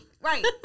Right